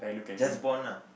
just born lah